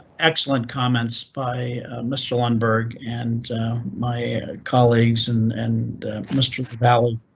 excellent comments by mr. lundberg and my colleagues and and mr and cavalli.